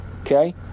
okay